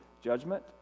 judgment